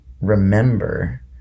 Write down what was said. remember